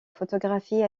photographie